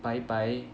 bye bye